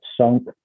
sunk